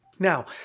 Now